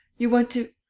you want to.